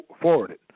forwarded